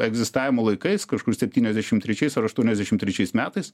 egzistavimo laikais kažkur septyniasdešim trečiais ar aštuoniasdešim trečiais metais